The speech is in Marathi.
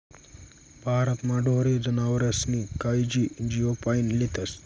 भारतमा ढोरे जनावरेस्नी कायजी जीवपाईन लेतस